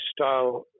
style